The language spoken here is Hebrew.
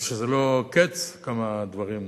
ושזה לא קץ לכמה דברים,